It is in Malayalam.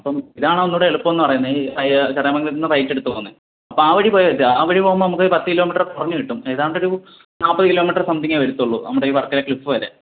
അപ്പം ഇതാണ് ഒന്നുകൂടെ എളുപ്പം എന്ന് പറയുന്നത് ഈ ചടയമംഗലത്തുനിന്ന് റയിറ്റ് എടുത്തു പോകുന്നത് അപ്പം ആ വഴി പോയാൽ മതി ആ വഴി പോകുമ്പോൾ നമുക്ക് ഒരു പത്ത് കിലൊമിറ്റർ കുറഞ്ഞുകിട്ടും ഏതാണ്ട് ഒരു നാൽപ്പതു കിലോമീറ്റർ സംതിങെ വരത്തുള്ളൂ നമ്മുടെ വർക്കല ക്ലിഫ്ഫ് വരെ